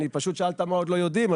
פשוט שאלת מה עוד לא יודעים.